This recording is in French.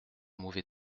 mauvais